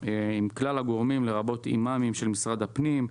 עם כלל הגורמים, לרבות אימאמים של משרד הפנים.